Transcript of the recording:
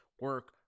Work